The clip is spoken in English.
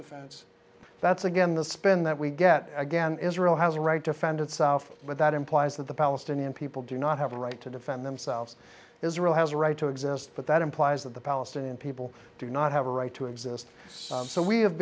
defense that's again the spin that we get again israel has a right defend itself but that implies that the palestinian people do not have a right to defend themselves israel has a right to exist but that implies that the palestinian people do not have a right to exist so we have